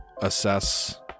assess